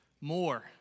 more